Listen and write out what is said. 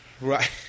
Right